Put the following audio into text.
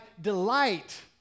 delight